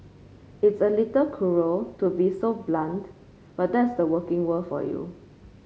it's a little cruel to be so blunt but that's the working world for you